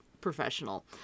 professional